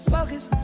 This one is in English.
Focus